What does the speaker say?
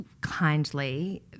kindly